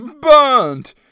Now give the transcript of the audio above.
Burnt